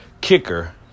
kicker